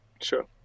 Sure